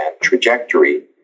trajectory